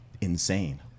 insane